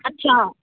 ਅੱਛਾ